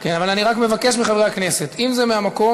אבל אני רק מבקש מחברי הכנסת: אם זה מהמקום,